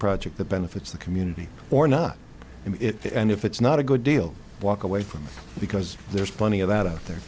project that benefits the community or not it and if it's not a good deal walk away from it because there's plenty of that out there